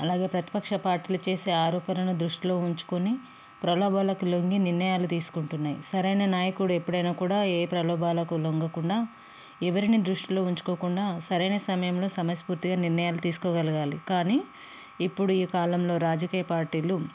అలాగే ప్రతిపక్ష పార్టీలు చేసే ఆరోపణను దృష్టిలో ఉంచుకొని ప్రలోభాలకి లొంగి నిర్ణయాలు తీసుకుంటున్నాయి సరైన నాయకుడు ఎప్పుడైనా కూడా ఏ ప్రలోభాలకు లొంగకుండా ఎవరిని దృష్టిలో ఉంచుకోకుండా సరైన సమయంలో సమస్పూర్తిగా నిర్ణయాలు తీసుకోగలగాలి కానీ ఇప్పుడు ఈ కాలంలో రాజకీయ పార్టీలు